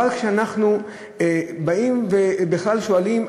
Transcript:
אבל כשאנחנו באים ובכלל שואלים,